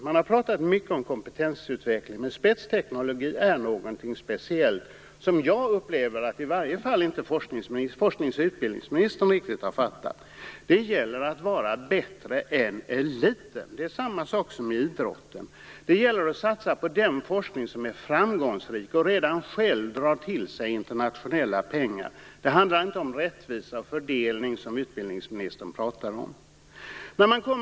Man har talat mycket om kompetensutveckling, men spetsteknologi är någonting speciellt, vilket - som jag upplever det - forsknings och utbildningsministern inte riktigt har fattat. Det gäller att vara bättre än eliten. Det är precis detsamma som med idrotten. Det gäller att satsa på den forskning som är framgångsrik och som själv drar till sig internationella pengar. Det handlar inte om rättvisa och fördelning, som utbildningsministern talar om.